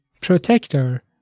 protector